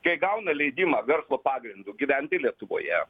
kai gauna leidimą verslo pagrindu gyventi lietuvoje